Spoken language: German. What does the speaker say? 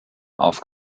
auf